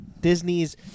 Disney's